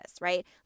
right